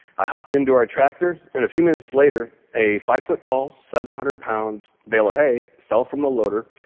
i hopped into our tractor, and a few minutes later, a five foot tall, seven hundred pound bale of hay fell from the loader,